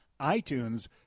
iTunes